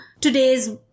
today's